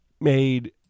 made